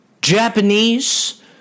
Japanese